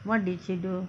what did she do